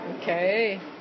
Okay